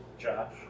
Josh